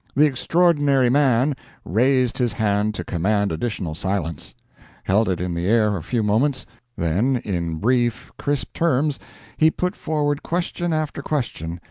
the extraordinary man raised his hand to command additional silence held it in the air a few moments then, in brief, crisp terms he put forward question after question,